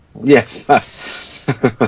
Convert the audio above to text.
Yes